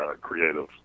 creative